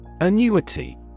Annuity